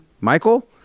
Michael